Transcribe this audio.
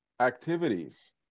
activities